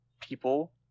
people